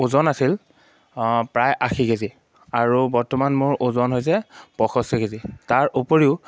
ওজন আছিল প্ৰায় আশী কেজি আৰু বৰ্তমান মোৰ ওজন হৈছে পঁয়ষষ্ঠি কেজি তাৰ উপৰিও